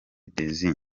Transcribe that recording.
désir